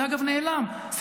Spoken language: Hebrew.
זה נעלם, אגב.